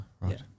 right